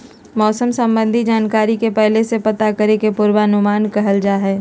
मौसम संबंधी जानकारी के पहले से पता करे के ही पूर्वानुमान कहल जा हय